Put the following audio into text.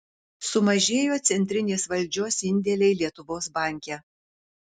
sumažėjo centrinės valdžios indėliai lietuvos banke